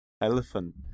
elephant